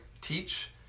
teach